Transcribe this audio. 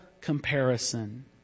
comparison